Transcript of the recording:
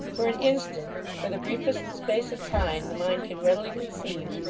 for an instant, for the briefest space of time the mind can readily conceive,